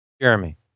Jeremy